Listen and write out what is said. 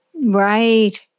Right